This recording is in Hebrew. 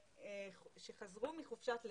שחזרו מחופשת לידה,